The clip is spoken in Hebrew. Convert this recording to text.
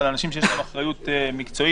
שאנשים שיש להם אחריות מקצועית,